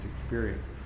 experience